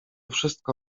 wszystko